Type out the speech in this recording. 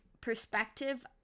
perspective